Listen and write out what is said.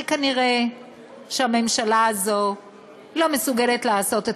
אבל נראה שהממשלה הזאת לא מסוגלת לעשות את